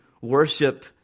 worship